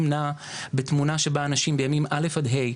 נעה בתמונה שבה אנשים בימים א' עד ה'